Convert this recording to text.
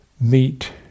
meet